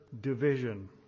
division